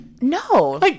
No